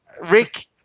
Rick